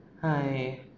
Hi